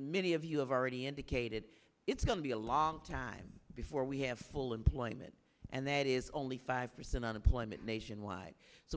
many of you have already indicated it's going to be a long time before we have full employment and that is only five percent unemployment nationwide so